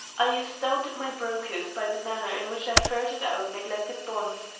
i astounded my brokers by the manner in which i ferreted out neglected bonds,